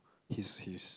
he's he's